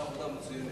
עשה עבודה מצוינת.